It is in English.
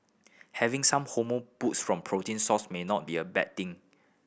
having some hormone boost from protein source may not be a bad thing